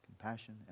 compassion